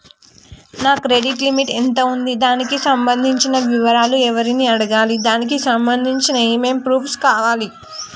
నా credit limit ఎంత ఉంది? దానికి సంబంధించిన వివరాలు ఎవరిని అడగాలి? దానికి సంబంధించిన ఏమేం ప్రూఫ్స్ కావాలి?